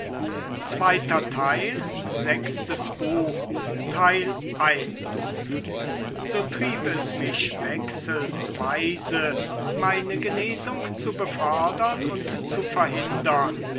so trieb es mich wechselsweise meine genesung zu befördern und zu verhindern